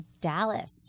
Dallas